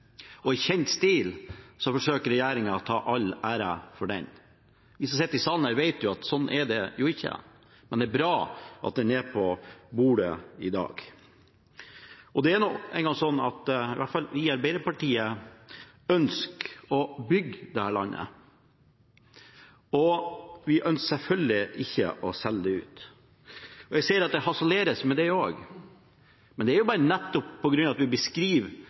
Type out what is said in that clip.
industrimelding. I kjent stil forsøker regjeringen å ta all æren for den. Vi som sitter i salen her, vet at slik er det ikke, men det er bra at den er på bordet i dag. Det er nå engang slik at i hvert fall vi i Arbeiderpartiet ønsker å bygge dette landet, og vi ønsker selvfølgelig ikke å selge det ut. Jeg ser at det harseleres med det også. Men det er bare nettopp på grunn av at vi beskriver